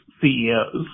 CEOs